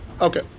Okay